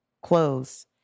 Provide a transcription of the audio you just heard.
close